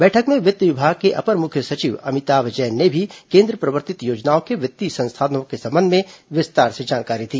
बैठक में वित्त विभाग के अपर मुख्य सचिव अमिताभ जैन ने भी केन्द्र प्रवर्तित योजनाओं के वित्तीय संसाधनों के संबंध में विस्तार से जानकारी दी